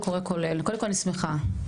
קודם כל, אני שמחה לשמוע.